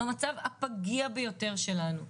במצב הפגיע ביותר שלנו.